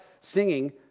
singing